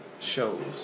shows